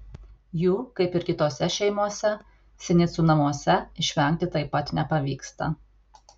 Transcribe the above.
jų kaip ir kitose šeimose sinicų namuose išvengti taip pat nepavyksta